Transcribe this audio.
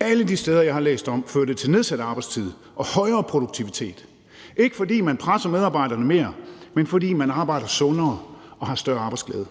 Alle de steder, jeg har læst om, fører det til nedsat arbejdstid og højere produktivitet – ikke fordi man presser medarbejderne mere, men fordi man arbejder sundere og har større arbejdsglæde.